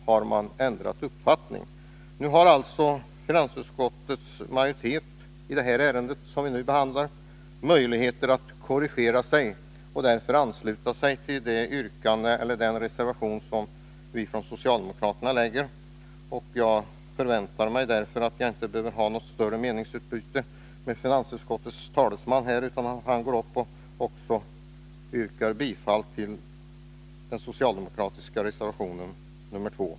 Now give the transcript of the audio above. Finansutskottets majoritet har emellertid nu, i samband med det ärende som vi nu behandlar, möjlighet att korrigera sig och ansluta sig till den reservation som socialdemokraterna har avgivit. Jag förväntar mig därför att jag inte behöver ha något större meningsutbyte med finansutskottets talesman, utan att han kommer att yrka bifall till den socialdemokratiska reservationen nr 2.